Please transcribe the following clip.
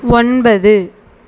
ஒன்பது